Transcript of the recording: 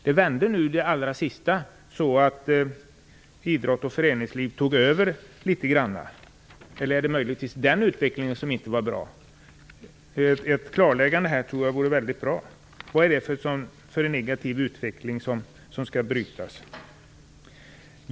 Det har just vänt så att idrott och föreningsliv tagit över en del. Är det kanske den utvecklingen som inte är bra? Det vore bra med ett klarläggande på den punkten. Vilken negativ utveckling är det som skall brytas?